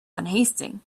unhasting